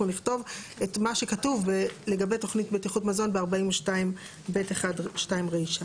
נכתוב את מה שכתוב לגבי תוכנית בטיחות מזון ב-42(ב1)(2) רישה.